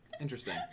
Interesting